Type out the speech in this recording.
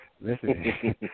listen